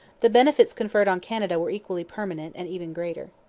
the benefits conferred on canada were equally permanent and even greater.